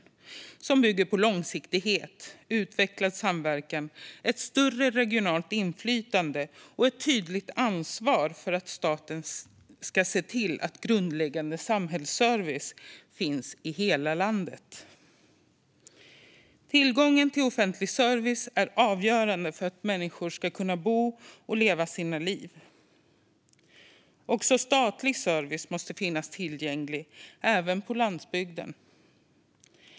Den ska bygga på långsiktighet, utvecklad samverkan, ett större regionalt inflytande och ett tydligt ansvar för staten att se till att grundläggande samhällsservice finns i hela landet. Tillgången till offentlig service är avgörande för att människor ska kunna bo och leva sina liv. Även statlig service måste finnas tillgänglig också på landsbygden.